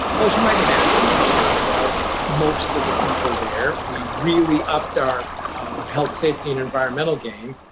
well, as you might imagine, we changed out most of the people there. we really upped our health, safety, and environmental game,